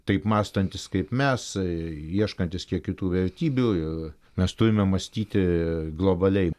taip mąstantis kaip mes ieškantis kiek kitų vertybių ir mes turime mąstyti globaliai